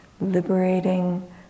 liberating